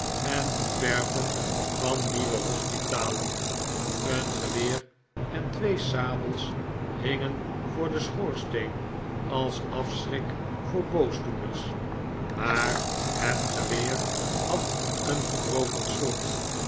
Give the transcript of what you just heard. en ontwerpen van nieuwe hospitalen een geweer en twee sabels hingen voor den schoorsteen als afschrik voor boosdoeners maar het geweer had een gebroken slot